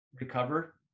recover